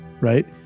right